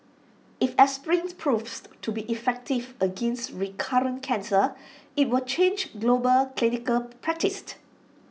if aspirin proves to be effective against recurrent cancer IT will change global clinical practice